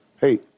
Hey